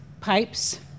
pipes